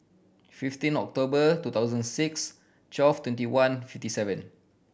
fifteen October two thousand six twelve twenty one fifty seven